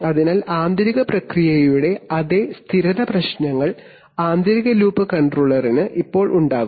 അതിനാൽ ആന്തരിക പ്രക്രിയയുടെ അതേ സ്ഥിരത പ്രശ്നങ്ങൾ ആന്തരിക ലൂപ്പ് കൺട്രോളറിന് ഇപ്പോൾ ഉണ്ടാകും